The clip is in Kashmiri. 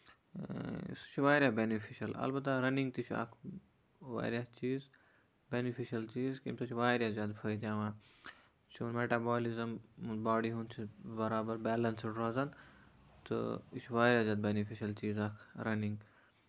سُہ واریاہ بینِفِشَل اَلبتہ رَننٛگ تہِ چھُ اکھ واریاہ چیٖز بینِفِشَل چیٖز اَمہِ سۭتۍ چھُ واریاہ زیادٕ فٲیدٕ یِوان یہِ چھُ وۄنۍ میٹَبولِزٕم باڈی ہُند چھُ بَرابر بیلَنسٕڈ روزان تہٕ یہِ چھُ واریاہ زیادٕ بینِفِشَل چیٖز اکھ رَننٛگ